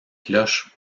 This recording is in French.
cloches